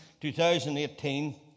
2018